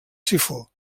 sifó